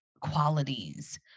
qualities